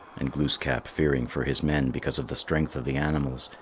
and glooskap, fearing for his men because of the strength of the animals,